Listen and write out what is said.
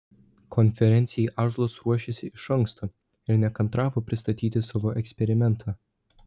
konferencijai ąžuolas ruošėsi iš anksto ir nekantravo pristatyti savo eksperimentą